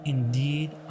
Indeed